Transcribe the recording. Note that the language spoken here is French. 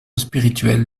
spirituel